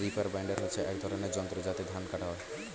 reaper binder হচ্ছে এক ধরনের যন্ত্র যাতে ধান কাটা হয়